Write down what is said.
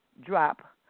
drop